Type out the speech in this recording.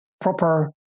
proper